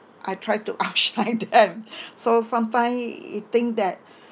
I try to outshine them so sometime it think that